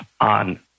on